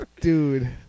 Dude